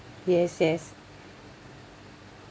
yes yes